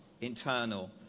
internal